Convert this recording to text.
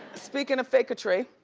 speakin' of faketry.